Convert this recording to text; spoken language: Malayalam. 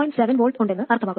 7 V ഉണ്ടെന്ന് അർത്ഥമാക്കുന്നു